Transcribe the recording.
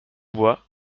bois